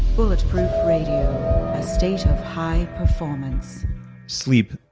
bulletproof radio. a state of high performance sleep.